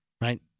Right